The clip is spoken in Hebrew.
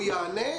הוא יענה,